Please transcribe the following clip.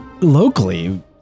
locally